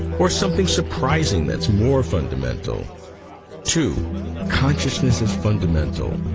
or something surprising that's more fundamental two and and consciousness is fundamental,